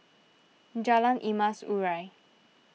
Jalan Emas Urai